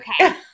Okay